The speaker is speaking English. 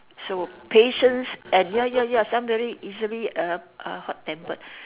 so patience and ya ya ya some very easily uh are hot tempered